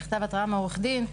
מכתב התראה מעורך דין.